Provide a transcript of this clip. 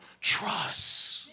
trust